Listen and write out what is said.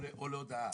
או להודעה.